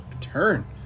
turn